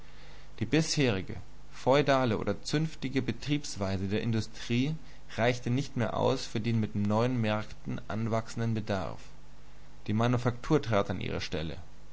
die bisherige feudale oder zünftige betriebsweise der industrie reichte nicht mehr aus für den mit neuen märkten anwachsenden bedarf die manufaktur trat an ihre stelle